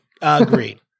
Agreed